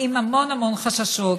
עם המון המון חששות,